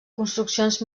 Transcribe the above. construccions